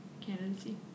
candidacy